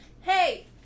Hey